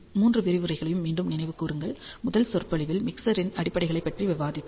மூன்று விரிவுரைகளையும் மீண்டும் நினைவு கூறுங்கள் முதல் சொற்பொழிவில் மிக்சரின் அடிப்படைகளைப் பற்றி விவாதித்தோம்